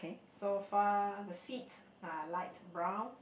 so far the seats are light brown